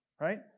right